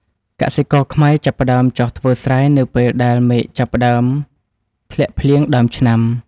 កសិករខ្មែរចាប់ផ្តើមចុះធ្វើស្រែនៅពេលដែលមេឃចាប់ផ្តើមធ្លាក់ភ្លៀងដើមឆ្នាំ។